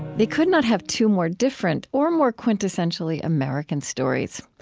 they could not have two more different or more quintessentially american stories.